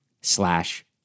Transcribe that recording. slash